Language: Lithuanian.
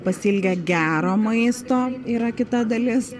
pasiilgę gero maisto yra kita dalis